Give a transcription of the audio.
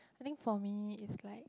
I think for me is like